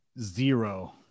zero